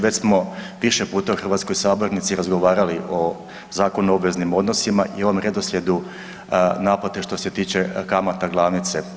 Već smo više puta u hrvatskoj sabornici razgovarali o Zakonu o obveznim odnosima i onom redoslijedu naplate što se tiče kamata, glavnice.